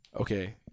Okay